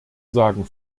sagen